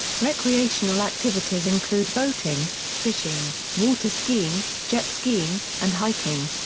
recreational activities include boating, fishing, waterskiing, jet-skiing, and hiking.